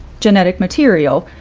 genetic material,